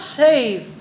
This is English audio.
save